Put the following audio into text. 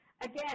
Again